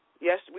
Yes